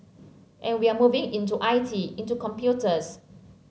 and we're moving into I T into computers